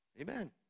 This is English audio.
Amen